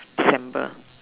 December